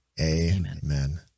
Amen